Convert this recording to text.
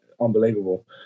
unbelievable